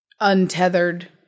untethered